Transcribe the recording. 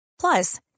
Plus